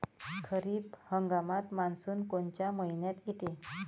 खरीप हंगामात मान्सून कोनच्या मइन्यात येते?